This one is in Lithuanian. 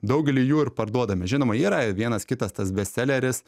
daugelį jų ir parduodame žinoma yra vienas kitas tas bestseleris